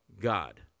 God